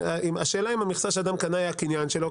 השאלה אם המכסה שאדם קנה היא הקניין שלו.